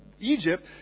Egypt